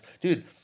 Dude